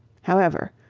however,